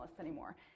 anymore